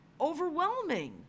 overwhelming